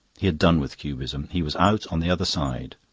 he had done with cubism. he was out on the other side.